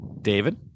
David